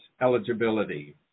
eligibility